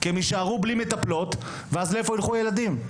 כי הם יישארו בלי מטפלות ואז לאיפה ילכו הילדים?